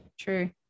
true